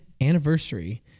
anniversary